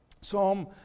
Psalm